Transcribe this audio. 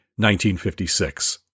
1956